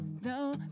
No